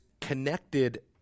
connected